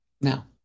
Now